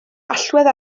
allwedd